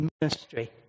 ministry